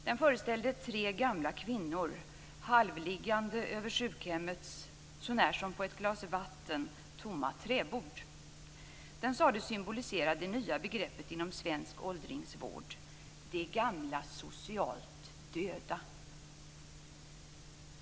Den föreställde tre gamla kvinnor halvliggande över sjukhemmets så när som på ett glas vatten tomma träbord. Bilden sades symbolisera det nya begreppet inom svensk åldringsvård, "de gamla socialt döda".